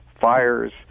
fires